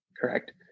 Correct